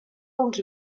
uns